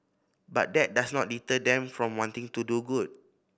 but that does not deter them from wanting to do good